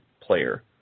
player